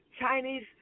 Chinese